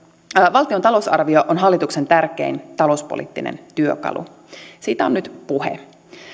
valtion talousarvio on hallituksen tärkein talouspoliittinen työkalu siitä on nyt puhe